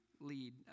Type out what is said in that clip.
Lead